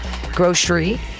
Grocery